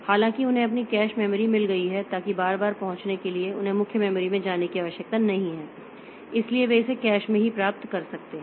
हालांकि उन्हें अपनी कैश मेमोरी मिल गई हैं ताकि बार बार पहुंचने के लिए उन्हें मुख्य मेमोरी में जाने की आवश्यकता नहीं है इसलिए वे इसे कैश से ही प्राप्त कर सकते हैं